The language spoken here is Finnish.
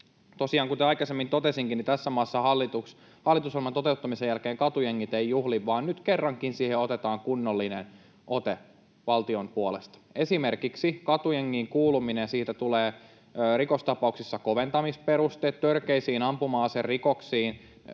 kuten aikaisemmin totesinkin, tässä maassa hallitusohjelman toteuttamisen jälkeen katujengit eivät juhli vaan nyt kerrankin siihen otetaan kunnollinen ote valtion puolelta. Esimerkiksi katujengiin kuulumisesta tulee rikostapauksissa koventamisperuste ja törkeisiin ampuma-aserikoksiin